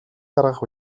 гаргах